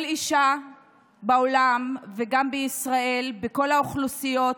כל אישה בעולם, וגם בישראל, בכל האוכלוסיות,